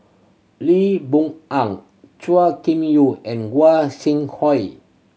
Lee Boon Ang Chua Kim Yew and Gua Sing Hui